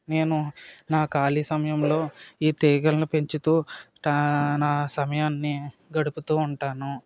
నేను నా ఖాళీ సమయంలో ఈ తీగలను పెంచుతూ టా నా సమయాన్ని గడుపుతూ ఉంటాను